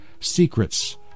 secrets